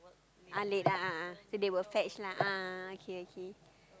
ah late a'ah ah so they will fetch lah ah okay okay